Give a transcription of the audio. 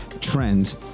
Trends